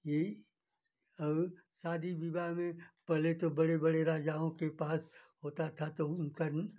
इ औ शादी विवाह में पहले तो बड़े बड़े राजाओं के पास होता था तो उनका